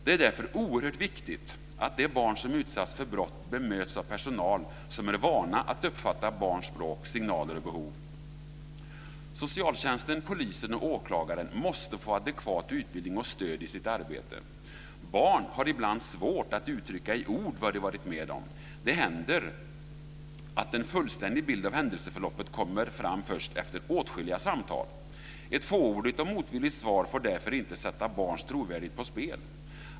Det är därför oerhört viktigt att det barn som utsatts för brott bemöts av personal som är van att uppfatta barns språk, signaler och behov. Socialtjänsten, polisen och åklagaren måste få adekvat utbildning och stöd i sitt arbete. Barn har ibland svårt att uttrycka i ord vad de varit med om. Det händer att en fullständig bild av händelseförloppet kommer fram först efter åtskilliga samtal. Ett fåordigt och motvilligt svar får därför inte sätta barns trovärdighet på spel.